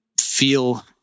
feel